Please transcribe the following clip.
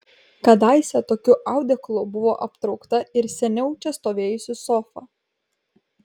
kadaise tokiu audeklu buvo aptraukta ir seniau čia stovėjusi sofa